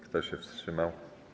Kto się wstrzymał?